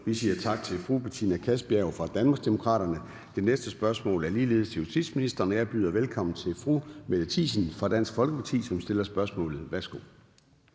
vi siger tak til fru Charlotte Munch fra Danmarksdemokraterne. Det næste spørgsmål er ligeledes til udenrigsministeren, og jeg byder velkommen til fru Trine Pertou Mach fra Enhedslisten, som stiller spørgsmålet.